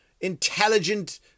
Intelligent